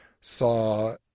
saw